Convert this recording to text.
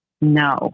No